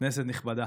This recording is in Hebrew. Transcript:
כנסת נכבדה,